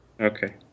Okay